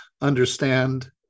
understand